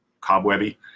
cobwebby